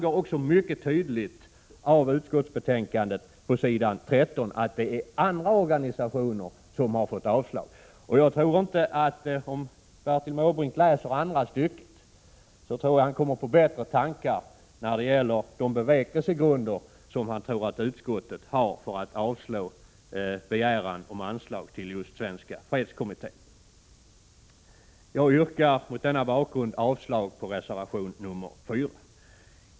Det framgår mycket tydligt på s. 13 i utskottsbetänkandet att andra organisationer har fått avslag på sina ansökningar. Om Bertil Måbrink läser andra stycket på s. 13 tror jag att han kommer på bättre tankar vad gäller de bevekelsegrunder som han tror att utskottet har för att avslå begäran om anslag till just Svenska fredskommittén. Mot denna bakgrund yrkar jag avslag på reservation 4.